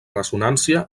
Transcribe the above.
ressonància